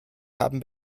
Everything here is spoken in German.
haben